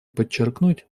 подчеркнуть